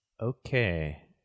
Okay